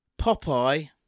Popeye